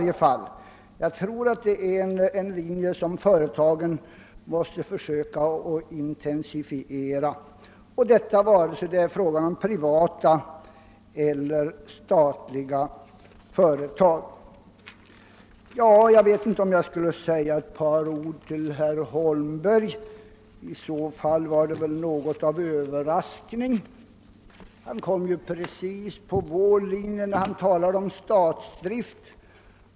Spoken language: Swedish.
Jag tror att företagen måste intensifiera sitt arbete efter den linjen, vare sig företagen är privata eller statliga. Jag bör också säga ett par ord till herr Holmberg. Det var väl något av en överraskning att han hamnade på vår linje när han talade om statsdrift.